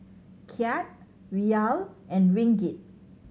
Kyat Riyal and Ringgit